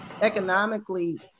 economically